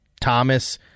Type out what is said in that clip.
Thomas